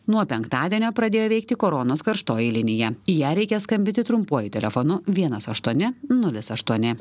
nuo penktadienio pradėjo veikti koronos karštoji linija į ją reikia skambinti trumpuoju telefonu vienas aštuoni nulis aštuoni